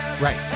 right